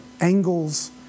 angles